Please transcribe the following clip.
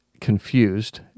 confused